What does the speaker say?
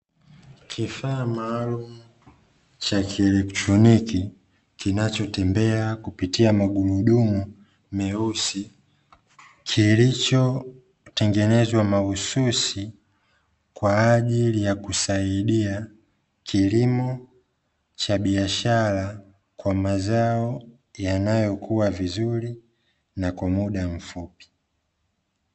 Kifaa maalumu cha kieletroniki, kinachotembea kupitia magurudumu meusi, kilichotengenezwa mahususi kwa ajili ya kusaidia kilimo cha biashara kwa mazao yanayo kuwa vizuri na kwa muda mfupi.